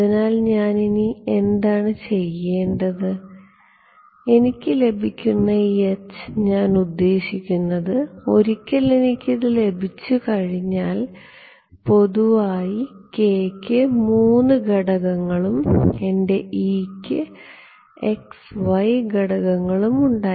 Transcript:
അതിനാൽ ഞാൻ ഇനി എന്താണ് ചെയ്യേണ്ടത് എനിക്ക് ലഭിക്കുന്ന ഈ H ഞാൻ ഉദ്ദേശിക്കുന്നത് ഒരിക്കൽ എനിക്ക് ഇത് ലഭിച്ചുകഴിഞ്ഞാൽ പൊതുവായി k ക്ക് 3 ഘടകങ്ങളും എന്റെ E ക്ക് x y ഘടകങ്ങളും ഉണ്ട്